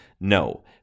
No